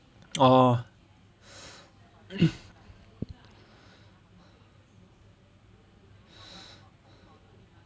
oh